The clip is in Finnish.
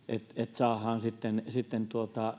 saadaan sitten sitten